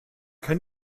kein